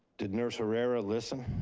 did nurse herrera listen?